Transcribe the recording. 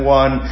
one